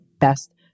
best